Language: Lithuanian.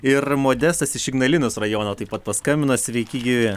ir modestas iš ignalinos rajono taip pat paskambino sveiki gyvi